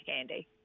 Andy